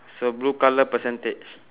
so blue colour percentage